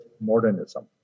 modernism